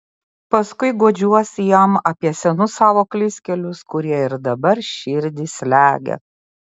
paskui guodžiuosi jam apie senus savo klystkelius kurie ir dabar širdį slegia